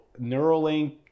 Neuralink